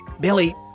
Billy